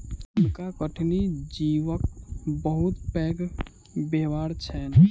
हुनका कठिनी जीवक बहुत पैघ व्यापार छैन